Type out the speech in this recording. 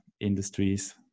industries